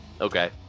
Okay